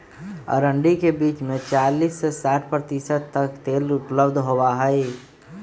अरंडी के बीज में चालीस से साठ प्रतिशत तक तेल उपलब्ध होबा हई